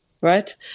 right